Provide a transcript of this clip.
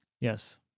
Yes